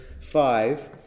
five